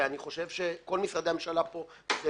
ואני חושב שכל משרדי הממשלה פה זה